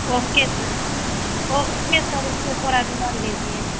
okay sir okay sir okay थोड़ा ध्यान दीजिए